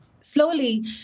Slowly